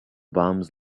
bombs